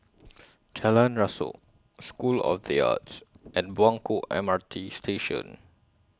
Jalan Rasok School of The Arts and Buangkok M R T Station